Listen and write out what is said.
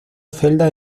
celda